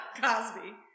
Cosby